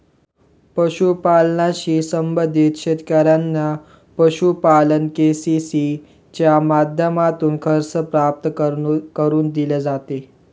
पशुपालनाशी संबंधित शेतकऱ्यांना पशुपालन के.सी.सी च्या माध्यमातून कर्ज प्राप्त करून दिले जाते